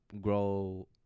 grow